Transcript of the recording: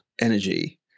energy